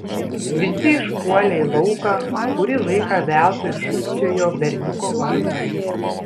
visi išpuolė į lauką kurį laiką veltui šūkčiojo berniuko vardą